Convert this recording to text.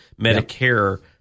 Medicare